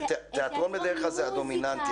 תיאטרון בדרך כלל זה הדומיננטי.